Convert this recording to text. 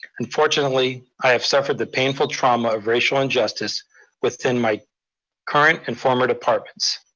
unfortunately, i have suffered the painful trauma of racial injustice within my current and former departments,